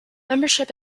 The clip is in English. membership